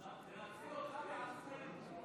יצילו אותם מעצמנו.